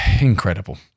incredible